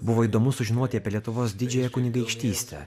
buvo įdomu sužinoti apie lietuvos didžiąją kunigaikštystę